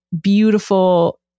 beautiful